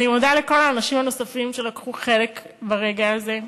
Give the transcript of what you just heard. אני מודה לכל האנשים הנוספים שלקחו חלק ברגע הזה.